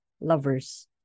lovers